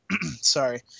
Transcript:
Sorry